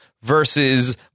versus